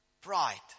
Pride